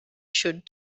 should